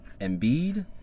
Embiid